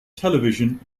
television